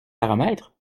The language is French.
paramètres